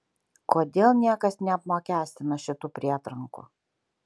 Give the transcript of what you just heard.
kodėl niekas neapmokestina šitų prietrankų